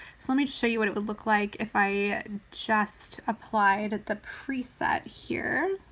so let me show you what it would look like if i just applied the preset here.